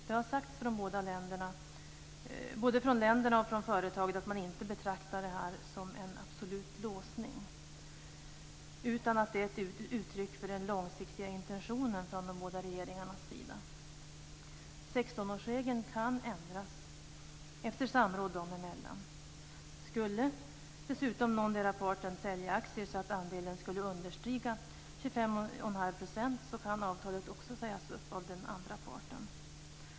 Det har sagts både från länderna och från företaget att man inte betraktar det här som en absolut låsning. I stället är det ett uttryck för en långsiktig intention från de båda regeringarnas sida. 16-årsregeln kan ändras efter samråd dem emellan. Skulle dessutom någondera parten sälja aktier, så att andelen understiger 25,5 %, kan avtalet sägas upp av den andra parten.